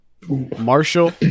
Marshall